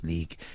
League